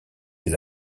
ses